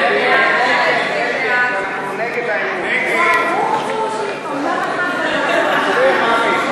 ההצעה להעביר את הצעת חוק הלוואות לדיור (תיקון מס' 12),